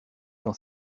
dans